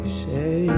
say